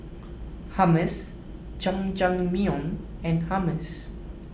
Hummus Jajangmyeon and Hummus